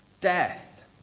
Death